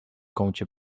kącie